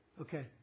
Okay